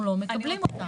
אנחנו לא מקבלים אותם.